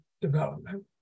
Development